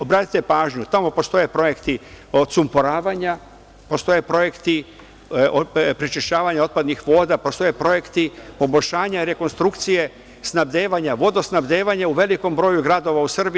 Obratite pažnju, tamo postoje projekti odsumporavanja, postoje projekti prečišćavanja otpadnih voda, postoje projekti poboljšanja rekonstrukcije vodosnadbevanja u velikom broju gradova u Srbiji.